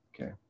Okay